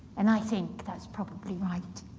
and i think that's probably right.